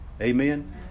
Amen